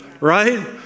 right